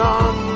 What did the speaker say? on